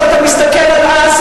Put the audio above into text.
כשאתה מסתכל על עזה,